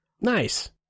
nice